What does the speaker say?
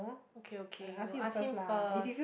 okay okay you ask him first